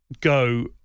go